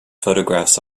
photographs